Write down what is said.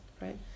right